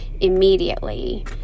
immediately